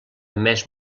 més